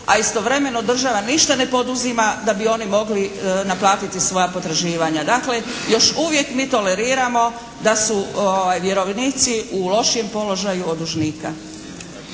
a istovremeno država ništa ne poduzima da bi oni mogli naplatiti svoja potraživanja. Dakle, još uvijek mi toleriramo da su vjerovnici u lošijem položaju od dužnika.